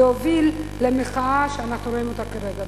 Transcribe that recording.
להוביל למחאה שאנחנו רואים כרגע.